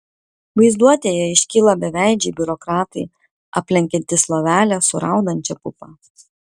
vaizduotėje iškyla beveidžiai biurokratai aplenkiantys lovelę su raudančia pupa